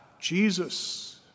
Jesus